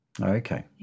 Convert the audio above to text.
Okay